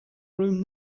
room